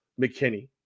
McKinney